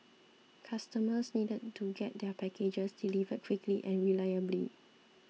customers needed to get their packages delivered quickly and reliably